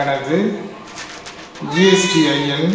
எனது ஜிஎஸ்டிஐஎன்